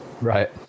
Right